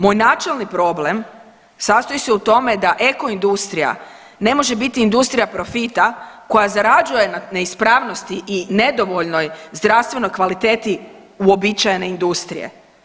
Moj načelni problem sastoji se u tome da eko industrija ne može biti industrija profita koja zarađuje na neispravnosti i nedovoljnoj zdravstvenoj kvaliteti uobičajene industrije.